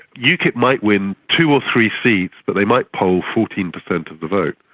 ukip might win two or three seats but they might poll fourteen percent of the vote.